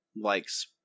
likes